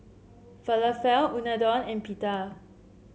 Falafel Unadon and Pita